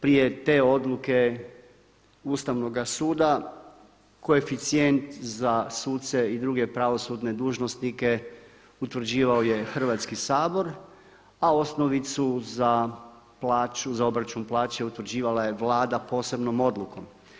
Prije te odluke Ustavnoga suda koeficijent za suce i druge pravosudne dužnosnike utvrđivao je Hrvatski sabor a osnovicu za plaću, za obračun plaće utvrđivala je Vlada posebnom odlukom.